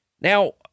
Now